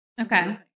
Okay